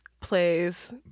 plays